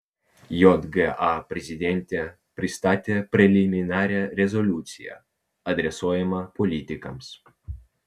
jga prezidentė pristatė preliminarią rezoliuciją adresuojamą politikams